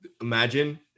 Imagine